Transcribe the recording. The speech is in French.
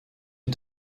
aux